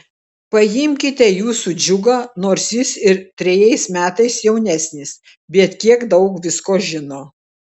paimkite jūsų džiugą nors jis ir trejais metais jaunesnis bet kiek daug visko žino